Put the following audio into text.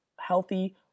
healthy